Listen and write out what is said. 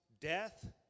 death